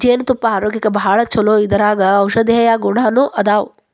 ಜೇನತುಪ್ಪಾ ಆರೋಗ್ಯಕ್ಕ ಭಾಳ ಚುಲೊ ಇದರಾಗ ಔಷದೇಯ ಗುಣಾನು ಅದಾವ